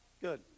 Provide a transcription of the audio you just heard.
Good